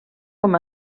com